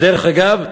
ודרך אגב,